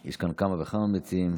יש כאן כמה וכמה מציעים.